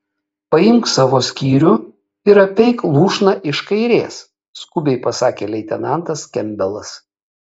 paimk savo skyrių ir apeik lūšną iš kairės skubiai pasakė leitenantas kempbelas